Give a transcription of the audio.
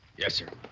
yes, sir.